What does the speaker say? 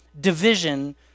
division